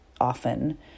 often